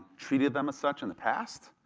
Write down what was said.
treated them as such in the past.